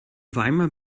weimar